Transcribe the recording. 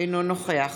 אינו נוכח